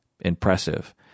impressive